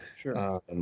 sure